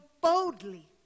boldly